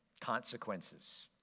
consequences